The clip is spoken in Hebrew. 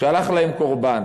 שלח להם קורבן.